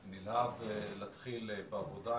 אני נלהב להתחיל את העבודה.